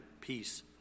peace